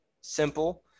simple